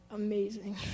amazing